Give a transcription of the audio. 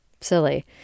silly